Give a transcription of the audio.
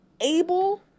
able